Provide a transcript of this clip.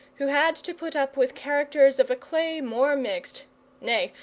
who had to put up with characters of a clay more mixed nay,